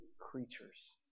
creatures